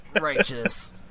Righteous